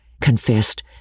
confessed